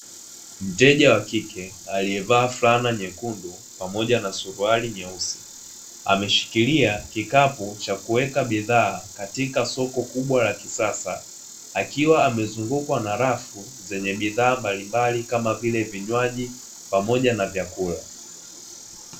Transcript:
Mteja wa kike, aliyevaa fulana nyekundu pamoja na suruali nyeusi, ameshikilia kikapu cha kuweka bidhaa katika soko kubwa la kisasa, akiwa amezungukwa na rafu zenye bidhaa mbalimbali, kama vile vinywaji pamoja na vyakula.